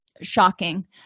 shocking